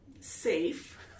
safe